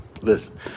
listen